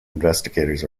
investigators